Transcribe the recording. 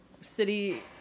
city